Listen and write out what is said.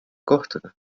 kohtuda